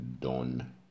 done